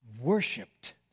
worshipped